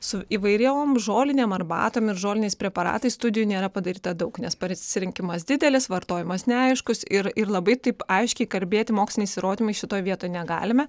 su įvairiom žolinėm arbatom ir žoliniais preparatais studijų nėra padaryta daug nes pasirinkimas didelis vartojimas neaiškus ir ir labai taip aiškiai kalbėti moksliniais įrodymais šitoj vietoj negalime